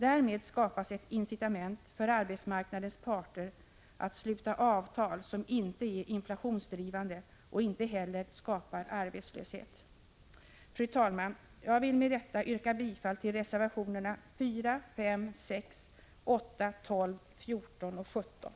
Därmed skapas ett incitament för arbetsmarknadens parter att sluta löneavtal som inte är inflationsdrivande och inte heller skapar arbetslöshet. Fru talman! Jag vill med detta yrka bifall till reservationerna 4, 5, 6, 8, 12, 14 och 17.